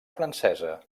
francesa